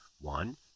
one